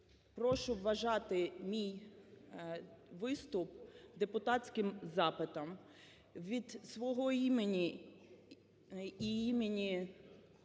прошу вважати мій виступ депутатським запитом. Від свого імені і імені